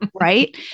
Right